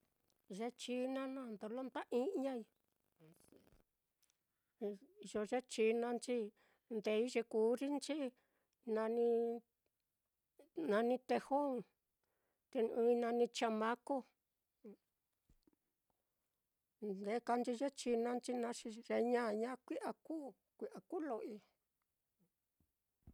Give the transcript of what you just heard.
Ye china naá ndolo nda ijñai, iyo ye chinanchi ndeei ye kurinchi nani nani tejon, te ɨ́ɨ́n-i nani chamaco, ndekanchi ye chinanchi naá xi ye ñaña kui'a kuu, kui'a kulo'oi.